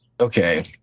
Okay